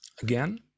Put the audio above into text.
Again